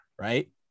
right